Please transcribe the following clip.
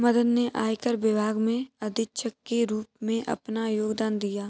मदन ने आयकर विभाग में अधीक्षक के रूप में अपना योगदान दिया